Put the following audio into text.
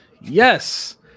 Yes